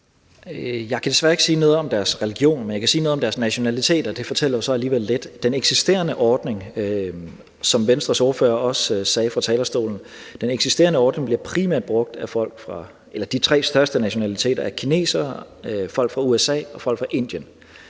Jeg kan desværre ikke sige noget om deres religion, men jeg kan sige noget om deres nationalitet, og det fortæller jo så alligevel lidt. Den eksisterende ordning, som Venstres ordfører også sagde fra talerstolen, bliver primært brugt af kinesere, folk fra USA og folk fra Indien.